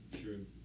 True